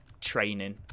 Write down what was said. training